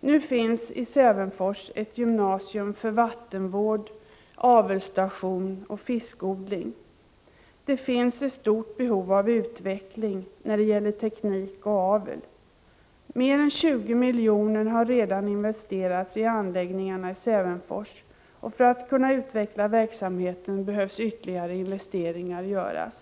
Nu finns i Sävenfors ett gymnasium för vattenvård, avelsstation och fiskodling. Det finns ett stort behov av utveckling när det gäller teknik och avel. Mer än 20 miljoner har redan investerats i anläggningarna i Sävenfors, och för att kunna utveckla verksamheten måste ytterligare investeringar göras.